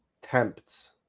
tempts